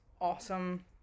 awesome